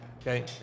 Okay